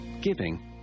giving